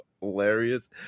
hilarious